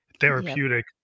therapeutic